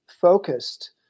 focused